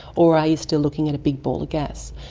or are you still looking at a big ball of gas?